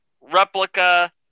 replica